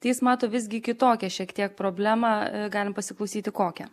tai jis mato visgi kitokią šiek tiek problemą galim pasiklausyti kokią